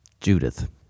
Judith